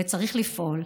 וצריך לפעול.